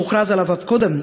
שהוכרז עליו עוד קודם,